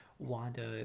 wanda